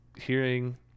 hearing